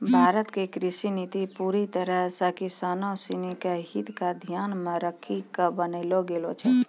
भारत के कृषि नीति पूरी तरह सॅ किसानों सिनि के हित क ध्यान मॅ रखी क बनैलो गेलो छै